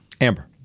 Amber